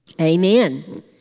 Amen